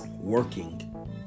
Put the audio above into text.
working